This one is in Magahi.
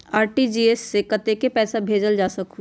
आर.टी.जी.एस से कतेक पैसा भेजल जा सकहु???